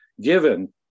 given